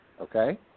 Okay